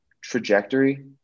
trajectory